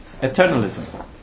eternalism